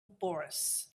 boris